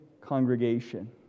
congregation